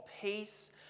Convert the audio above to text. peace